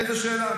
איזו שאלה.